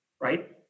Right